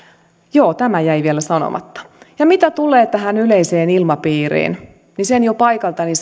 joo tämä jäi vielä sanomatta ja mitä tulee tähän yleiseen ilmapiiriin niin sen jo paikaltani